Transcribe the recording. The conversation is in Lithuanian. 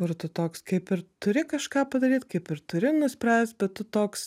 kur tu toks kaip ir turi kažką padaryt kaip ir turi nuspręst bet tu toks